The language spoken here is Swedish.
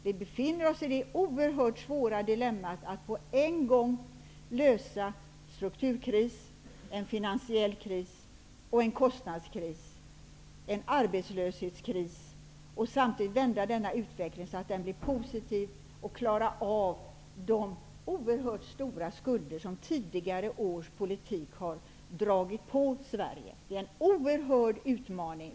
Vi befinner oss i det oerhört svåra dilemmat att vi på en gång måste lösa en strukturkris, en finansiell kris, en kostnadskris och en arbetslöshetskris, och vi måste samtidigt vända utvecklingen så att den blir positiv. Vi måste klara av de oerhört stora skulder som tidigare års politik har dragit på Sverige. Det är en oerhörd utmaning.